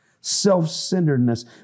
self-centeredness